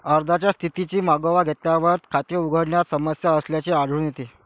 अर्जाच्या स्थितीचा मागोवा घेतल्यावर, खाते उघडण्यात समस्या असल्याचे आढळून येते